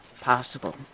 possible